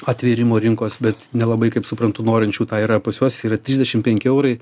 atvėrimo rinkos bet nelabai kaip suprantu norinčių tą yra pas juos yra trisdešim penki eurai